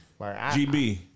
GB